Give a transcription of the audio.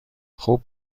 خوب